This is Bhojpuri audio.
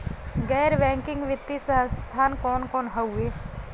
गैर बैकिंग वित्तीय संस्थान कौन कौन हउवे?